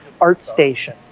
ArtStation